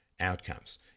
outcomes